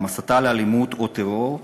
הסתה לאלימות או טרור: